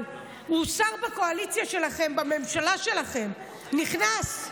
אבל הוא שר בקואליציה שלכם, בממשלה שלכם, נכנס.